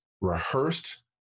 Rehearsed